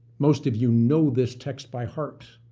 most of you know this text by heart.